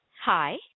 hi